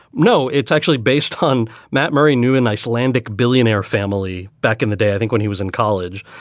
no, it's actually based on matt murray knew an icelandic billionaire family back in the day. i think when he was in college.